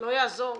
לא יעזור.